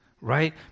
right